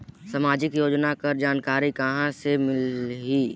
समाजिक योजना कर जानकारी कहाँ से मिलही?